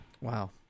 Wow